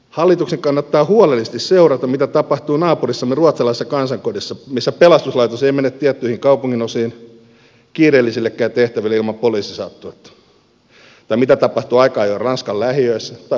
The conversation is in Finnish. hallituksen kannattaa huolellisesti seurata mitä tapahtuu naapurissamme ruotsalaisessa kansankodissa missä pelastuslaitos ei mene tiettyihin kaupunginosiin kiireellisillekään tehtäville ilman poliisisaattuetta tai mitä tapahtuu aika ajoin ranskan lähiöissä tai vaikkapa saksassa